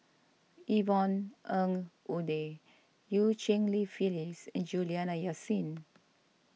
Yvonne Ng Uhde Eu Cheng Li Phyllis and Juliana Yasin